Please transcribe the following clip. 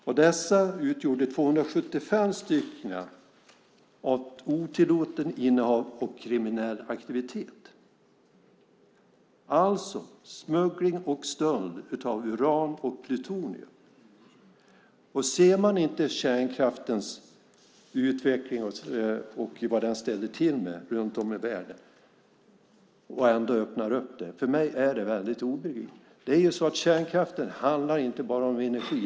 Av dessa utgjordes 275 av otillåtet innehav och kriminell aktivitet, alltså smuggling och stöld av uran och plutonium. Ser man inte kärnkraftens utveckling och vad den ställer till med runt om i världen? Ändå öppnar man för detta. För mig är det obegripligt! Kärnkraften handlar inte bara om energi.